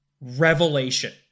revelation